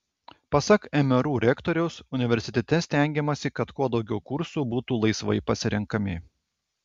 pasak mru rektoriaus universitete stengiamasi kad kuo daugiau kursų būtų laisvai pasirenkami